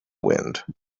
wind